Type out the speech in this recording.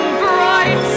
bright